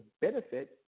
benefit